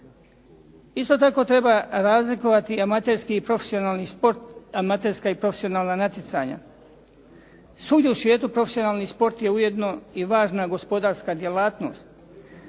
Isto tako treba razlikovati amaterski i profesionalni sport, amaterska i profesionalna natjecanja. Svugdje u svijetu profesionalni sport je ujedno i važna gospodarska djelatnost,